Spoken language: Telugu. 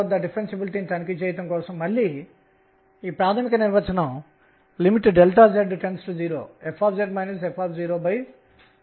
Pకోసం ఇది సమాకలని pdθ అవుతుంది